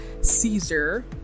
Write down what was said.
caesar